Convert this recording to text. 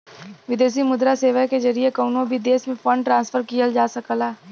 विदेशी मुद्रा सेवा के जरिए कउनो भी देश में फंड ट्रांसफर किहल जा सकला